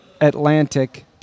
Atlantic